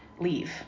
leave